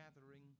gathering